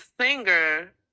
singer